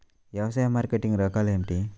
వ్యవసాయ మార్కెటింగ్ రకాలు ఏమిటి?